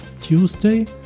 Tuesday